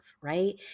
right